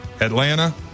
Atlanta